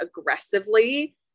aggressively